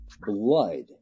blood